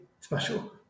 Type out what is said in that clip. special